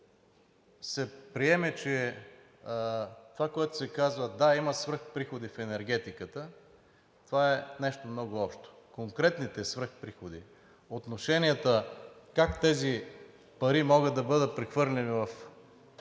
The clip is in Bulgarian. се приеме, че това, което се казва – да, има свръхприходи в енергетиката, това е нещо много общо. Конкретните свръхприходи, отношенията как тези пари могат да бъдат прехвърлени в Българския